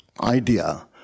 idea